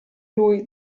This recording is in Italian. lui